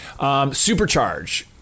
Supercharge